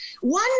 One